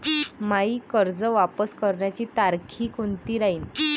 मायी कर्ज वापस करण्याची तारखी कोनती राहीन?